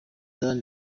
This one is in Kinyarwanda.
dan